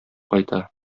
кайта